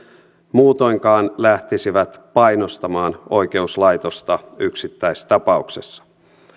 muutoinkaan lähtisivät painostamaan oikeuslaitosta yksittäistapauksessa